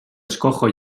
escojo